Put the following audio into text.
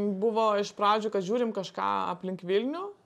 buvo iš pradžių kad žiūrim kažką aplink vilnių